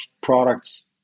products